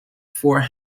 for